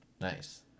Nice